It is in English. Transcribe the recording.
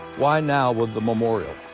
why now with the memorial.